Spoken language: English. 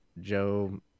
Joe